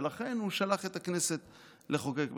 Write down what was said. ולכן הוא שלח את הכנסת לחוקק מחדש,